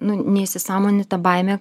nu neįsisąmoninta baimė